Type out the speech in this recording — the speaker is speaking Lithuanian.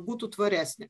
būtų tvaresnė